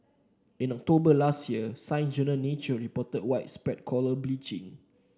in October last year Science Journal Nature reported widespread coral bleaching